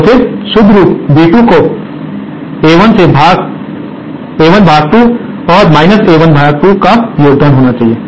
तो फिर शुद्ध B2 को A1 भाग 2 और A1 भाग 2 का योग होना चाहिए